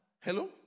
Hello